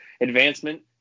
advancement